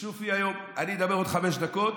אני אדבר עוד חמש דקות,